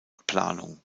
planung